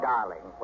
Darling